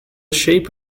shape